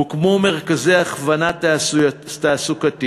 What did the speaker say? הוקמו מרכזי הכוונה תעסוקתית